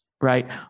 Right